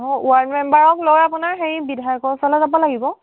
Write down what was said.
অঁ ৱাৰ্ড মেম্বাৰকলৈ আপোনাৰ হেৰি বিধায়কৰ ওচৰলৈ যাব লাগিব